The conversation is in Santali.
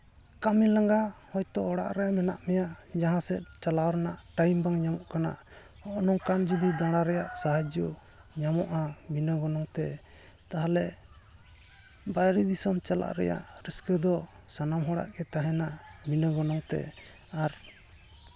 ᱠᱟᱹᱢᱤ ᱞᱟᱸᱜᱟ ᱦᱤᱭᱛᱳ ᱚᱲᱟᱜ ᱨᱮ ᱢᱮᱱᱟᱜ ᱢᱮᱭᱟ ᱡᱟᱦᱟᱸ ᱥᱮᱫ ᱪᱟᱞᱟᱣ ᱨᱮᱱᱟᱜ ᱴᱟᱭᱤᱢ ᱵᱟᱝ ᱧᱟᱢᱚᱜ ᱠᱟᱱᱟ ᱱᱚᱜᱼᱚ ᱱᱚᱝᱠᱟᱱ ᱡᱩᱫᱤ ᱫᱟᱬᱟ ᱨᱮᱭᱟᱜ ᱥᱟᱦᱟᱡᱽᱡᱚ ᱧᱟᱢᱚᱜᱼᱟ ᱵᱤᱱᱟᱹ ᱜᱚᱱᱚᱝ ᱛᱮ ᱛᱟᱦᱞᱮ ᱵᱟᱦᱨᱮ ᱫᱤᱥᱚᱢ ᱨᱮ ᱪᱟᱞᱟᱜ ᱨᱮᱭᱟᱜ ᱨᱟᱹᱥᱠᱟᱹ ᱫᱚ ᱥᱟᱱᱟᱢ ᱦᱚᱲᱟᱜ ᱛᱟᱦᱮᱱᱟ ᱵᱤᱱᱟᱹ ᱜᱚᱱᱚᱝ ᱛᱮ ᱟᱨ